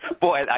Boy